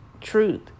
truth